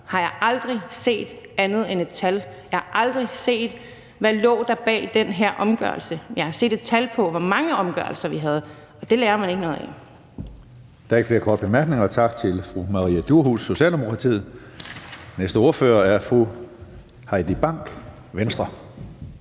har jeg aldrig set andet end et tal. Jeg har aldrig set, hvad der lå bag den her omgørelse. Jeg har set et tal på, hvor mange omgørelser vi havde, og det lærer man ikke noget af.